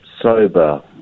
sober